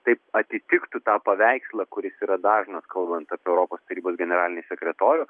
tai atitiktų tą paveikslą kuris yra dažnas kalbant apie europos tarybos generalinį sekretorių